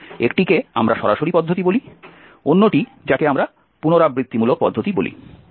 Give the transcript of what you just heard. একটিকে আমরা সরাসরি পদ্ধতি বলি অন্যটি যাকে আমরা পুনরাবৃত্তিমূলক পদ্ধতি বলি